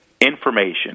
information